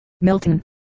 Milton